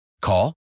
Call